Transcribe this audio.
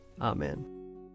Amen